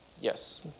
Yes